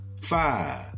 five